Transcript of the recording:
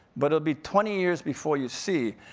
but it'll be twenty years before you see.